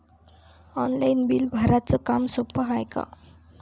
Online bill भराच काम सोपं हाय का?